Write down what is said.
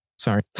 Sorry